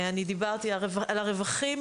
אני דיברתי על הרווחים